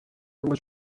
was